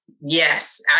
Yes